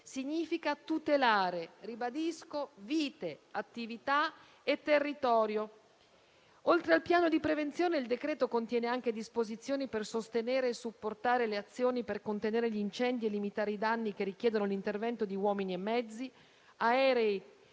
significa tutelare - ribadisco - vite, attività e territorio. Oltre al piano di prevenzione, il decreto contiene anche disposizioni per sostenere e supportare le azioni per contenere gli incendi e limitare i danni che richiedono l'intervento di uomini, mezzi aerei e mezzi